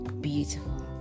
beautiful